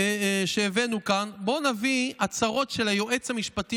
שהבאנו כאן בואו נביא הצהרות של היועץ המשפטי